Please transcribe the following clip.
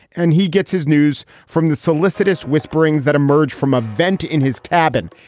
and he gets his news from the solicitous whisperings that emerge from a vent in his cabin.